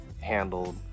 handled